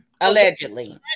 allegedly